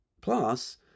Plus